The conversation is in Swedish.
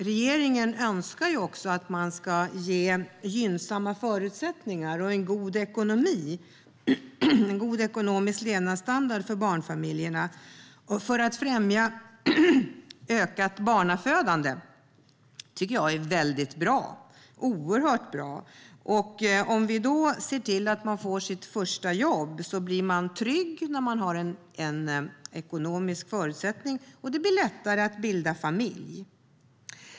Regeringen önskar ge gynnsamma förutsättningar och en god ekonomisk levnadsstandard för barnfamiljerna för att främja ett ökat barnafödande. Det tycker jag är oerhört bra. Om vi ser till att man får sitt första jobb blir man trygg och får ekonomiska förutsättningar för att också lättare kunna bilda familj.